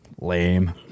Lame